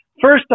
first